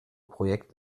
projekt